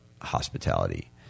hospitality